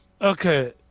Okay